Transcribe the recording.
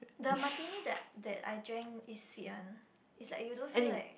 the martini that that I drank is sweet one it's like you don't feel like